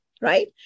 Right